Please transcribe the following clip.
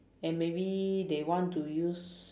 and maybe they want to use